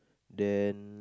then